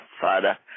Father